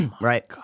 right